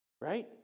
right